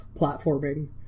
platforming